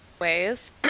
ways